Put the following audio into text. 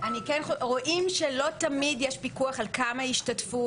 רואים שלא תמיד יש פיקוח על מספר המשתתפים